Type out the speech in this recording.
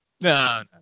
no